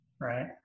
Right